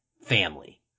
family